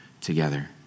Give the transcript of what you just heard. together